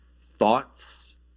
thoughts